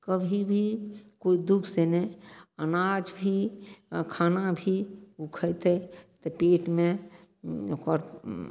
कभी भी कोइ दुःखसँ नहि अनाज भी खाना भी उ खेतय तऽ पेटमे ओकर